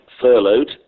furloughed